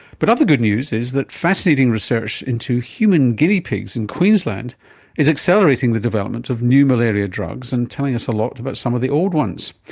but other good news is that fascinating research into human guinea pigs in queensland is accelerating the development of new malaria drugs and telling us a lot about some of the old ones.